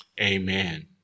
amen